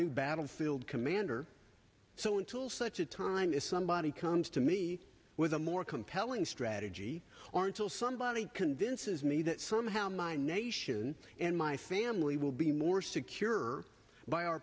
new battlefield commander so until such a time if somebody comes to me with a more compelling strategy or until somebody convinces me that somehow my nation and my family will be more secure by our